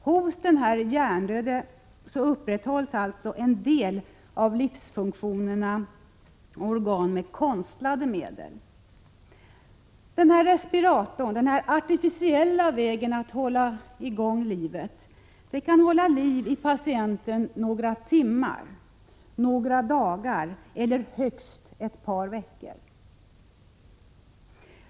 Hos den ”hjärndöde” upprätthålls alltså en del av livsfunktionerna och organ med konstlade medel. Respiratorn — den artificiella vägen att hålla i gång livet — kan hålla liv i patienten några timmar, några dagar eller högst ett par veckor.